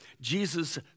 Jesus